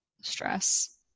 stress